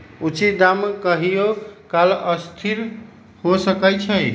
उचित दाम कहियों काल असथिर हो सकइ छै